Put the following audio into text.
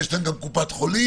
יש להם גם קופת חולים,